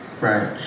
Right